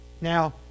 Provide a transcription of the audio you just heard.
Now